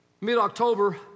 Mid-October